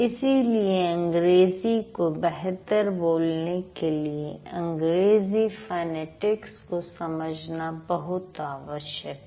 इसलिए अंग्रेजी को बेहतर बोलने के लिए अंग्रेजी फनेटिक्स को समझना बहुत आवश्यक है